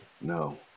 no